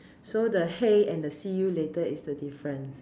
so the hey and the see you later is the difference